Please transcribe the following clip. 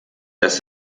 dass